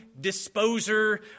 disposer